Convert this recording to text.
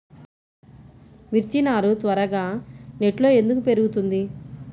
మిర్చి నారు త్వరగా నెట్లో ఎందుకు పెరుగుతుంది?